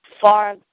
far